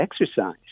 exercise